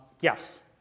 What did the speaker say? Yes